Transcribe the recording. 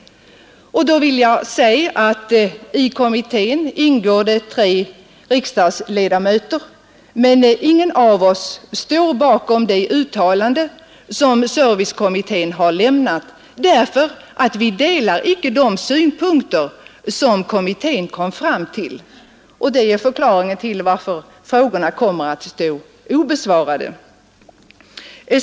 Därför vill jag nämna att i kommittén ingår tre riksdagsledamöter, men ingen av oss står bakom det remissyttrande som servicekommittén lämnat, eftersom vi icke delar de synpunkter som kommittén kommit fram till. Det är förklaringen till att frågorna här blivit obesvarade.